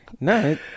no